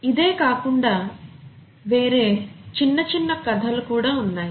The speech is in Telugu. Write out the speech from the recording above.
ఇదే కాకుండావేరే చిన్న చిన్న కథలు కూడా ఉన్నాయి